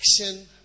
action